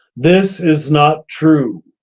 this is not true.